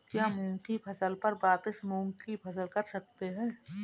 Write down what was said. क्या मूंग की फसल पर वापिस मूंग की फसल कर सकते हैं?